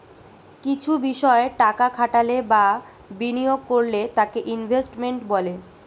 কিছু বিষয় টাকা খাটালে বা বিনিয়োগ করলে তাকে ইনভেস্টমেন্ট বলে